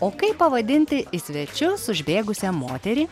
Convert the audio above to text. o kaip pavadinti į svečius užbėgusią moterį